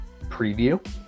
preview